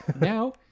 Now